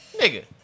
Nigga